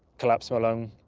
collapsed my lung,